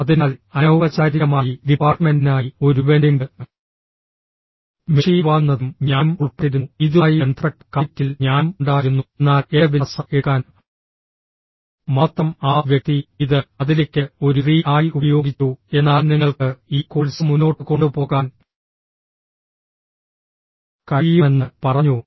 അതിനാൽ അനൌപചാരികമായി ഡിപ്പാർട്ട്മെന്റിനായി ഒരു വെൻഡിംഗ് മെഷീൻ വാങ്ങുന്നതിലും ഞാനും ഉൾപ്പെട്ടിരുന്നു ഇതുമായി ബന്ധപ്പെട്ട കമ്മിറ്റിയിൽ ഞാനും ഉണ്ടായിരുന്നു എന്നാൽ എന്റെ വിലാസം എടുക്കാൻ മാത്രം ആ വ്യക്തി ഇത് അതിലേക്ക് ഒരു റീ ആയി ഉപയോഗിച്ചു എന്നാൽ നിങ്ങൾക്ക് ഈ കോഴ്സ് മുന്നോട്ട് കൊണ്ടുപോകാൻ കഴിയുമെന്ന് പറഞ്ഞു